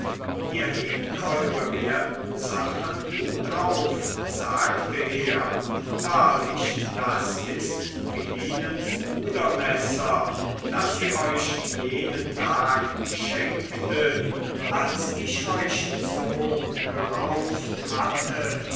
ihr hebt eure werten sachen gut auf sagte er wahrlich das ist philinens pudermesser das sie euch jenen tag schenkte als ich euch so gerauft hatte